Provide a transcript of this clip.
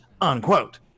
unquote